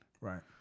Right